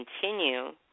continue